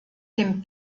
dem